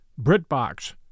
Britbox